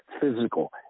physical